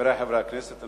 חברי חברי הכנסת,